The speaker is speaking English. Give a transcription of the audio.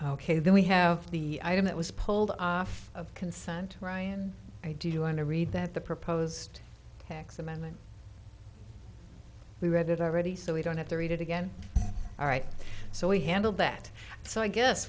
ok then we have the item that was pulled off of consent ryan i do you want to read that the proposed tax amendment we read it already so we don't have to read it again all right so we handled that so i guess